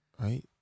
Right